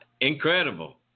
incredible